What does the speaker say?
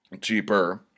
cheaper